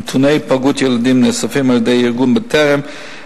נתוני היפגעות ילדים נאספים על-ידי ארגון "בטרם",